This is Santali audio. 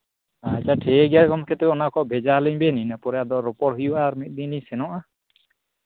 ᱟᱪᱪᱷᱟ ᱴᱷᱤᱠ ᱜᱮᱭᱟ ᱛᱚᱵᱮ ᱜᱚᱝᱠᱮ ᱚᱱᱟ ᱠᱚ ᱵᱷᱮᱡᱟ ᱟᱞᱤᱧ ᱵᱤᱱ ᱤᱱᱟᱹ ᱯᱚᱨᱮ ᱟᱫᱚ ᱨᱚᱯᱚᱲ ᱦᱩᱭᱩᱜᱼᱟ ᱟᱨ ᱢᱤᱫ ᱫᱤᱱ ᱞᱤᱧ ᱥᱮᱱᱚᱜᱼᱟ